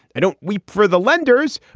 i don't weep for the lenders.